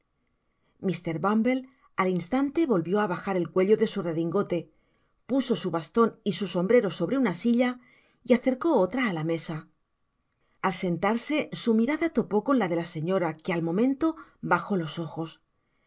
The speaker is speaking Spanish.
mr bumble al instante volvió á bajar el cuello de su redingote puso su baston y su sombrero sobre una silla y acercó otra á la mesa al sentarse su mirada topó con la de la señora que al momento bajo los ojos el